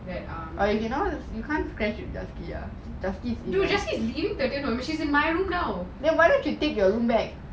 that uh she's in my room now